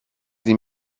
این